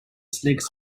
snakes